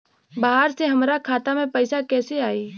बाहर से हमरा खाता में पैसा कैसे आई?